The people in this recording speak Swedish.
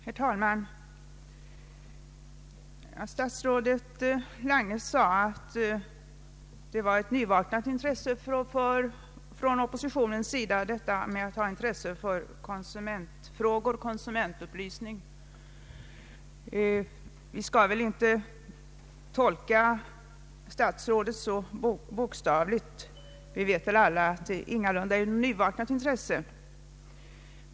Herr talman! Statsrådet Lange sade att oppositionen visar ett nyvaknat intresse för konsumentupplysning, men vi skall väl inte tolka hans ord bokstavligt. Alla vet ju att det ingalunda är ett nyvaknat intresse.